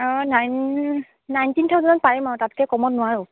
অঁ nine nineteen থাউজেণ্ডত পাৰিম আৰু তাতকৈ কমত নোৱাৰোঁ